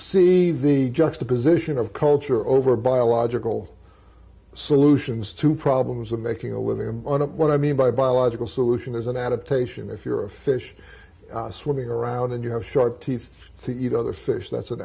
see the juxtaposition of culture over biological solutions to problems with making a with them on what i mean by biological solution there's an adaptation if you're a fish swimming around and you have sharp teeth to eat other fish that's an